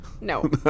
No